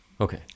Okay